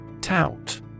Tout